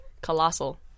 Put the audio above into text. colossal